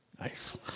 nice